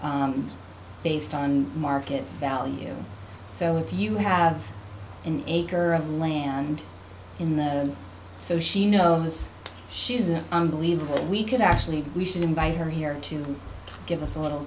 based on market value so if you have in a current land in the so she knows she's an unbelievable we can actually we should invite her here to give us a little